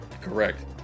Correct